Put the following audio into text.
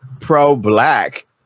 pro-black